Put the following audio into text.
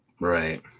right